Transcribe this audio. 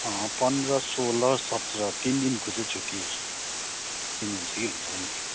पन्ध्र सोह्र सत्र तिन दिनको चाहिँ छुट्टी दिनुहुन्छ कि भनेर नि